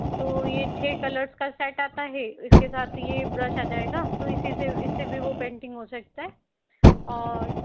तो ये छः कलर्स का सेट आता है इस के साथ ये ब्रश आ जाएगा तो इसी से इस से वो पेंटिंग हो सकता है और